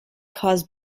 caused